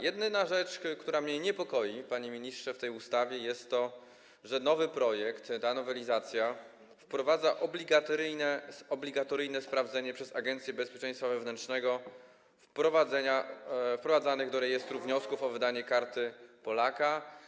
Jedyną rzeczą, która mnie niepokoi, panie ministrze, w tej ustawie, jest to, że nowy projekt, ta nowelizacja wprowadza obligatoryjne sprawdzenie przez Agencję Bezpieczeństwa Wewnętrznego wprowadzanych do rejestru wniosków o wydanie Karty Polaka.